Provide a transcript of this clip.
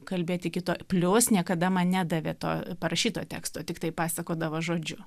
kalbėti iki to plius niekada man nedavė to parašyto teksto tiktai pasakodavo žodžiu